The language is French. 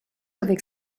avec